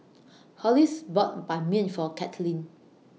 Hollis bought Ban Mian For Cathleen